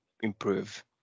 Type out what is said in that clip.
improve